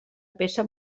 peça